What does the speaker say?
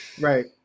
right